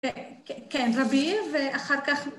כן, רבי, ואחר כך...